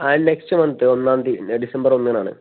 ആ next month ഒന്നാം തീയതി ഡിസംബർ ഒന്നിനാണ്